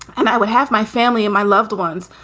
and i would have my family and my loved ones,